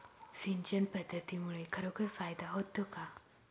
सिंचन पद्धतीमुळे खरोखर फायदा होतो का?